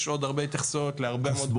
יש עוד הרבה התייחסויות להרבה מאוד סוגיות.